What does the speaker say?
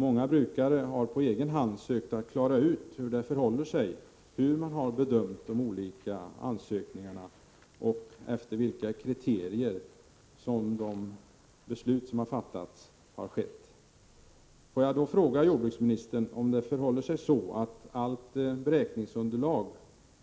Många brukare har på egen hand sökt klara ut hur det förhåller sig, hur man har bedömt de olika ansökningarna och efter vilka kriterier besluten har fattats. Får jag fråga jordbruksministern om det förhåller sig så att allt beräkningsunderlag